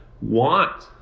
want